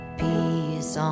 peace